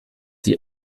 die